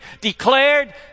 declared